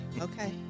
Okay